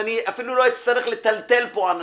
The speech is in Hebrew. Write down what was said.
ואני אפילו לא אצטרך לטלטל פה אנשים,